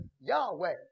Yahweh